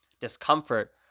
discomfort